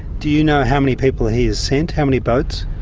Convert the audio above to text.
do you know how many people he has sent, how many boats?